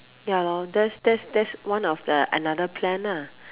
ya loh that's that's that's one of the another plan lah